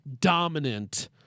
dominant